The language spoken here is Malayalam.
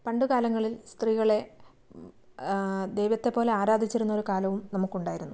പണ്ട് കാലങ്ങളിൽ സ്ത്രീകളെ ദൈവത്തെ പോലെ ആരാധിച്ചിരുന്നൊരു കാലവും നമുക്കുണ്ടായിരുന്നു